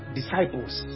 disciples